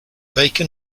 bacon